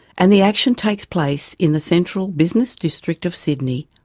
and the action takes place in the central business district of sydney,